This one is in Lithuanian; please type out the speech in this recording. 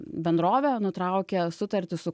bendrovė nutraukė sutartį su